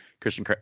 Christian